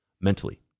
mentally